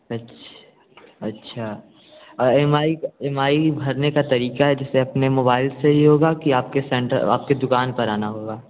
अच्छ अच्छा और M I E M I E M I भरने का तरीक़ा है जैसे अपने मोबाईल से ही होगा कि आपके सेंटर आपकी दुकान पर आना होगा